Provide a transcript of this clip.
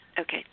Okay